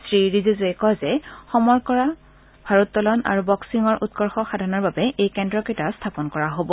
শ্ৰী ৰিজিজুৱে কয় যে সমৰকলা ভাৰোতোলন আৰু বক্সিঙৰ উৎকৰ্য সাধনৰ বাবে এই কেন্দ্ৰকেইটা স্থাপন কৰা হব